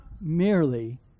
merely